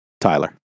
Tyler